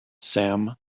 sam